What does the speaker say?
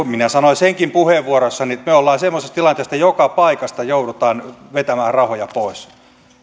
minä sanoin senkin puheenvuorossani että me olemme semmoisessa tilanteessa että joka paikasta joudutaan vetämään rahoja pois